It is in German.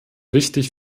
wichtig